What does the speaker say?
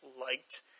liked